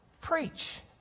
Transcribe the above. preach